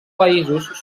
països